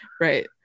right